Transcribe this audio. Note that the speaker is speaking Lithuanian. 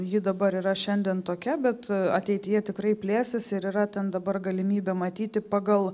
ji dabar yra šiandien tokia bet ateityje tikrai plėsis ir yra ten dabar galimybė matyti pagal